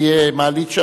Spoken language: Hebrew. אם תהיה שם מעלית,